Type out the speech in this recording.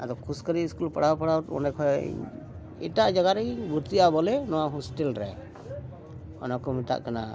ᱟᱫᱚ ᱠᱷᱩᱥᱠᱟᱨᱤ ᱥᱠᱩᱞ ᱯᱟᱲᱦᱟᱣ ᱯᱟᱲᱦᱟᱣ ᱚᱸᱰᱮ ᱠᱷᱳᱱ ᱮᱴᱟᱜ ᱡᱟᱭᱜᱟᱨᱤᱧ ᱵᱷᱚᱨᱛᱤᱜᱼᱟ ᱵᱚᱞᱮ ᱱᱚᱣᱟ ᱦᱳᱥᱴᱮᱞ ᱨᱮ ᱚᱱᱟᱠᱚ ᱢᱮᱛᱟᱜ ᱠᱟᱱᱟ